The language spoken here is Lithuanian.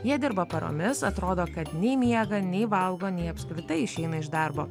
jie dirba paromis atrodo kad nei miega nei valgo nei apskritai išeina iš darbo